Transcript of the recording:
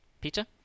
peter